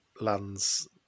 lands